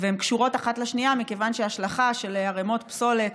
הן קשורות האחת לשנייה מכיוון שההשלכה של ערמות פסולת